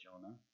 Jonah